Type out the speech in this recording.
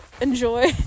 enjoy